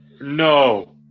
No